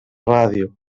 ràdio